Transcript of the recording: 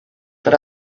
but